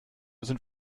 sind